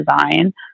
design